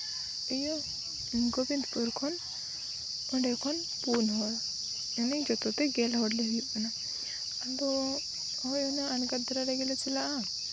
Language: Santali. ᱤᱭᱟᱹ ᱜᱳᱵᱤᱱᱫᱽᱯᱩᱨ ᱠᱷᱚᱱ ᱚᱸᱰᱮ ᱠᱷᱚᱱ ᱯᱩᱱ ᱦᱚᱲ ᱢᱟᱱᱮ ᱡᱚᱛᱚ ᱛᱮ ᱜᱮᱞ ᱦᱚᱲᱞᱮ ᱦᱩᱭᱩᱜ ᱠᱟᱱᱟ ᱟᱫᱚ ᱦᱳᱭ ᱦᱩᱱᱟᱹᱝ ᱟᱬᱜᱟᱛ ᱫᱷᱟᱨᱟ ᱨᱮᱞᱮ ᱪᱟᱞᱟᱜᱼᱟ